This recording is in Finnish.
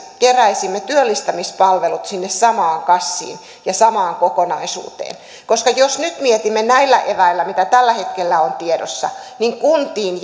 keräisimme työllistämispalvelut sinne samaan kassiin ja samaan kokonaisuuteen koska jos nyt mietimme näillä eväillä mitä tällä hetkellä on tiedossa niin kuntiin